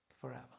forever